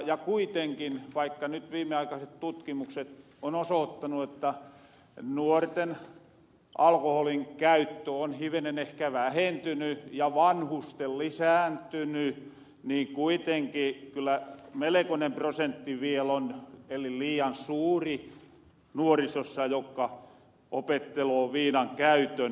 ja kuitenkin vaikka nyt viimeaikaiset tutkimukset on osoottanu että nuorten alkoholinkäyttö on hivenen ehkä vähentyny ja vanhusten lisääntyny niin kuitenki kyllä melekonen prosentti viel on eli liian suuri nuorisossa joka opetteloo viinan käytön